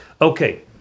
Okay